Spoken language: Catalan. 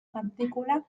partícula